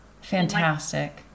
Fantastic